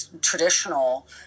traditional